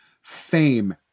fame